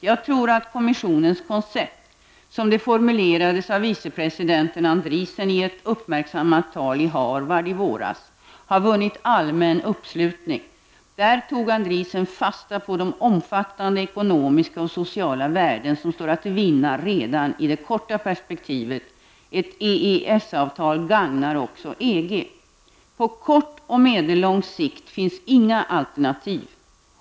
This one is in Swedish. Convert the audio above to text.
Jag tror att kommissionens koncept -- som det formulerades av vicepresidenten Andriessen i ett uppmärksammat tal i Harvard i våras -- har vunnit allmän uppslutning. Där tog Andriessen fasta på de omfattande ekonomiska och sociala värden som står att vinna redan i det korta perspektivet. Ett EES-avtal gagnar också EG. På kort och medellång sikt finns inga alternativ.